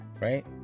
right